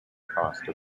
costa